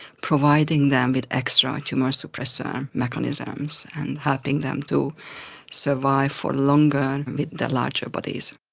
providing them with extra tumour suppressor mechanisms and helping them to survive for longer with their larger bodies.